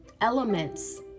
elements